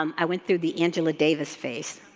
um i went through the angela davis phase.